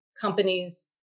companies